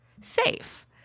safe